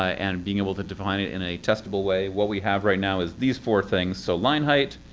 and being able to define it in a testable way, what we have right now is these four things. so line height,